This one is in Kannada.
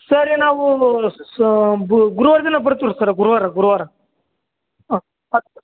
ಸರಿ ನಾವು ಸ ಬು ಗುರುವಾರ ದಿನ ಬರ್ತಿವಿ ಸರ್ರ್ ಗುರುವಾರ ಗುರುವಾರ ಹಾಂ ಹತ್ತು